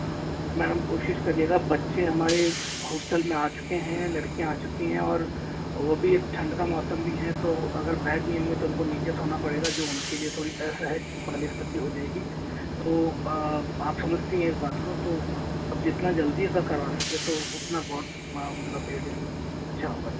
madam कोशिश करिए बच्चे हमारे इस हॉस्टल में आ चुके हैं लड़कियाँ आ चुकी हैं और वो भी ठंड का मौसम भी है अगर बैड नहीं होंगे तो उन को नीचे सोना पड़ेगा जो उन के लिए थोड़ी असहज वाली स्थिति हो जाएगी तो आप समझती हैं इस बात को तो आप जितना जल्दी अगर करवा सकें तो उतना बहुत मतलब मेरे लिए अच्छा होगा